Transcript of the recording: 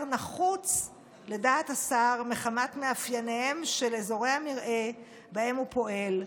נחוץ לדעת השר מחמת מאפייניהם של אזורי המרעה שבהם הוא פועל,